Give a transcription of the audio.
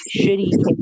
shitty